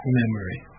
memory